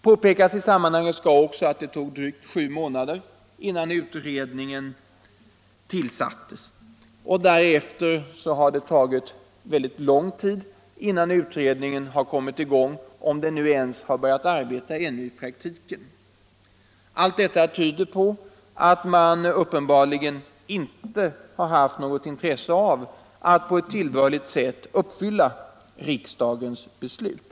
Påpekas i sammanhanget skall också att det tog drygt sju månader innan utredningen tillsattes. Därefter har det tagit mycket lång tid innan utredningen kom i gång, om den ens har börjat arbeta i praktiken ännu. Nr 70 Allt detta tyder på att man uppenbarligen inte har haft något intresse Tisdagen den av att på ett tillbörligt sätt uppfylla riksdagens beslut.